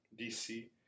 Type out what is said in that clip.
DC